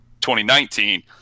2019